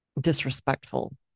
disrespectful